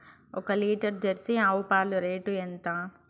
ఒక litre Jersey ఆవు పాలు రేటు ఎంత?